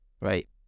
Right